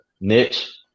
niche